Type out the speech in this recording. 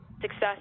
success